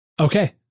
okay